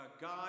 God